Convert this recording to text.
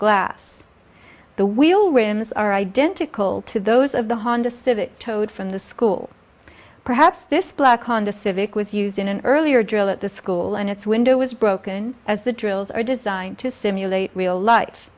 glass the wheel whims are identical to those of the honda civic towed from the school perhaps this black honda civic was used in an earlier drill at the school and it's window was broken as the drills are designed to simulate real life